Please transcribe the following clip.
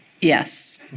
Yes